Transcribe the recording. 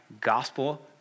gospel